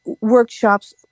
workshops